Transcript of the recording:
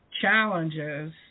challenges